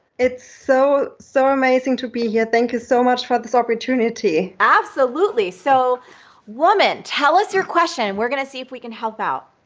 it's so, so amazing to be here. thank you so much for this opportunity. absolutely. so woman, tell us your question. we're gonna see if we can help out.